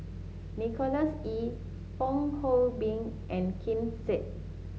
Nicholas Ee Fong Hoe Beng and Ken Seet